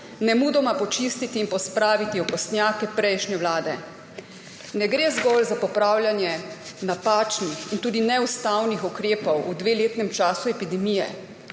nemudoma počistiti in pospraviti okostnjake prejšnje vlade. Ne gre zgolj za popravljanje napačnih in tudi neustavnih ukrepov v dveletnem času epidemije,